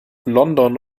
london